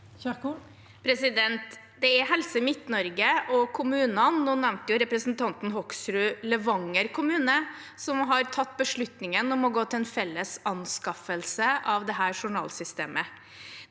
Det er Helse Midt-Norge og kommunene – nå nevnte jo representanten Hoksrud Levanger kommune – som har tatt beslutningen om å gå til en felles anskaffelse av dette journalsystemet.